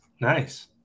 nice